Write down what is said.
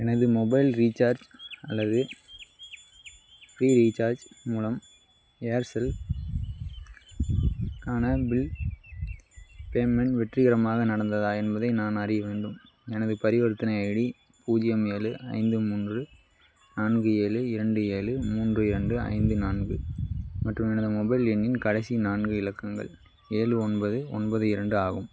எனது mobile recharge அல்லது Freecharge மூலம் ஏர்செல் க்கான பில் பேமெண்ட் வெற்றிகரமாக நடந்ததா என்பதை நான் அறிய வேண்டும் எனது பரிவர்த்தனை ஐடி பூஜ்ஜியம் ஏழு ஐந்து மூன்று நான்கு ஏழு இரண்டு ஏழு மூன்று இரண்டு ஐந்து நான்கு மற்றும் எனது மொபைல் எண்ணின் கடைசி நான்கு இலக்கங்கள் ஏழு ஒன்பது ஒன்பது இரண்டு ஆகும்